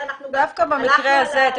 דווקא במקרה הזה,